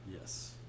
Yes